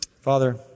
Father